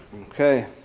Okay